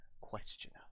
questioner